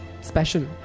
special